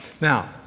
Now